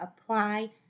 apply